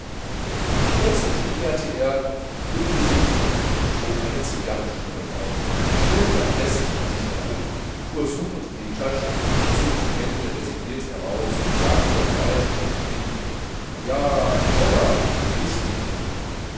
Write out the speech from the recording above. plötzlich kicherte er bückte sich und hob einen zigarrenstummel auf griff dann lässig an sich herum fuhr suchend in die taschen zog die hände resigniert heraus und sagte dann leise vor sich hin ja feuer is nich